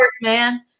man